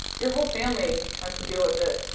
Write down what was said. your whole family has to deal with it.